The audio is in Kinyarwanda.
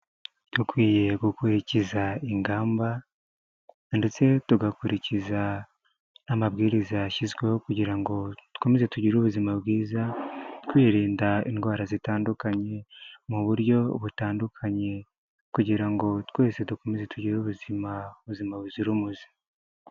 Dukwiriye gukurikiza ingamba ndetse tugakurikiza n'amabwiriza yashyizweho kugira ngo dukomeze tugire ubuzima bwiza, twirinda indwara zitandukanye mu buryo butandukanye, kugira ngo twese dukomeze tugire ubuzima ubuzima buzira umuze.